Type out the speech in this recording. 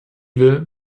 will